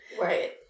Right